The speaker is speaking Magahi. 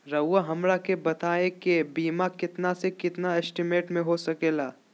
रहुआ हमरा के बताइए के बीमा कितना से कितना एस्टीमेट में हो सके ला?